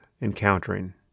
encountering